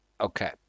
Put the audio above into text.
Okay